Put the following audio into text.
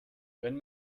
wenn